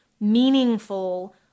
meaningful